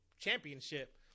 Championship